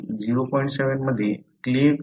7 मध्ये क्लीव्ह केले आहे